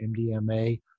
MDMA